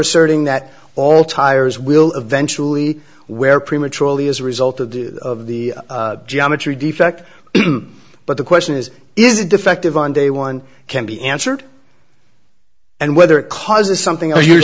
asserting that all tires will eventually wear prematurely as a result of the geometry defect but the question is is it defective on day one can be answered and whether it causes something or you